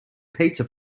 pizza